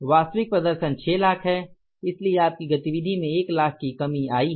वास्तविक प्रदर्शन 6 लाख है इसलिए आपकी गतिविधि में 1 लाख की कमी आई है